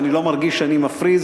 ואני לא מרגיש שאני מפריז,